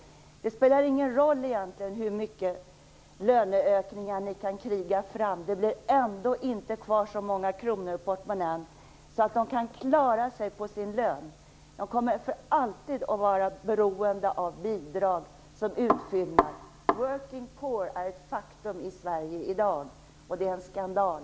Det spelar egentligen ingen roll hur mycket löneökningar ni kan kriga fram. Det blir ändå inte kvar så många kronor i portmonnän så att de kan klara sig på sin lön. De kommer för alltid att vara beroende av bidrag som utfyllnad. Working poor är ett faktum i Sverige i dag, och det är en skandal.